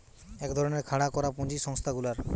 এক ধরণের খাড়া করা পুঁজি সংস্থা গুলার